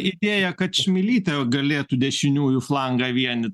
idėja kad čmilytė galėtų dešiniųjų flangą vienyt